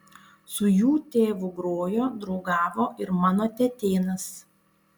su jų tėvu grojo draugavo ir mano tetėnas